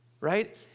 right